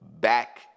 back